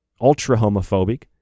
ultra-homophobic